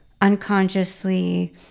unconsciously